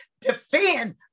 defend